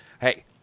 Hey